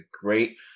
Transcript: great